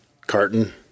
carton